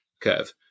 curve